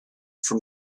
from